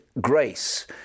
grace